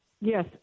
Yes